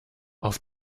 auf